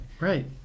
Right